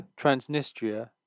Transnistria